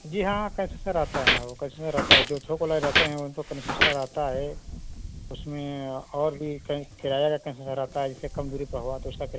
जी हाँ आता है ना वो आता है जो थोक वाला रहते हैं उनको आता है उसमें और भी कई किराया रहते हैं जैसे सर आता है जैसे कम दूरी पे हुआ तो उसका किराया